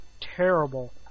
terrible